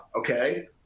okay